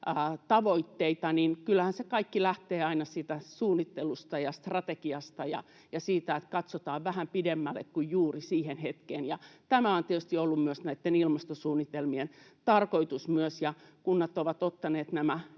tavoitteita, niin kyllähän se kaikki lähtee aina siitä suunnittelusta ja strategiasta ja siitä, että katsotaan vähän pidemmälle kuin juuri siihen hetkeen. Tämä on tietysti ollut myös näitten ilmastosuunnitelmien tarkoitus. Kunnat ovat ottaneet nämä